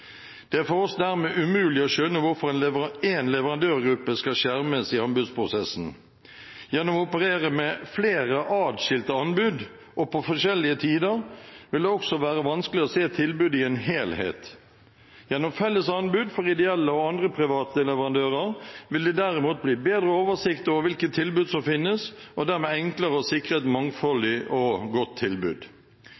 Det er for oss dermed umulig å skjønne hvorfor én leverandørgruppe skal skjermes i anbudsprosessen. Gjennom å operere med flere adskilte anbud, og på forskjellige tider, vil det også være vanskelig å se tilbudet i en helhet. Gjennom felles anbud for ideelle og andre private leverandører vil det derimot bli bedre oversikt over hvilket tilbud som finnes, og dermed enklere å sikre et